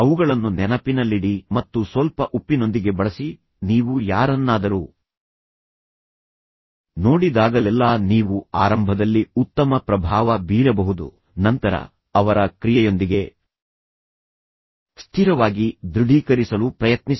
ಅವುಗಳನ್ನು ನೆನಪಿನಲ್ಲಿಡಿ ಮತ್ತು ಸ್ವಲ್ಪ ಉಪ್ಪಿನೊಂದಿಗೆ ಬಳಸಿ ನೀವು ಯಾರನ್ನಾದರೂ ನೋಡಿದಾಗಲೆಲ್ಲಾ ನೀವು ಆರಂಭದಲ್ಲಿ ಉತ್ತಮ ಪ್ರಭಾವ ಬೀರಬಹುದು ನಂತರ ಅವರ ಕ್ರಿಯೆಯೊಂದಿಗೆ ಸ್ಥಿರವಾಗಿ ದೃಢೀಕರಿಸಲು ಪ್ರಯತ್ನಿಸಿ